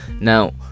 now